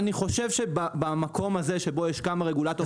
אני חושב שבמקום הזה שבו יש כמה רגולטורים